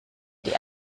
die